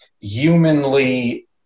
humanly